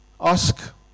Ask